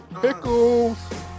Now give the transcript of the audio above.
Pickles